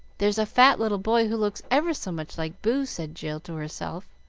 there's a fat little boy who looks ever so much like boo, said jill to herself,